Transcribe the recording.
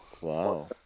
Wow